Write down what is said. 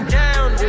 down